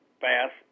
fast